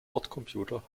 bordcomputer